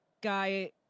guy